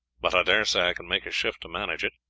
but i daresay i can make a shift to manage it.